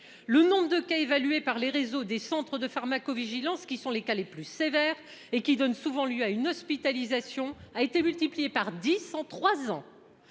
Le nombre de cas évalué par les réseaux des centres de pharmacovigilance, qui sont les cas les plus sévères et qui donne souvent lieu à une hospitalisation a été multiplié par 10 en 3 ans.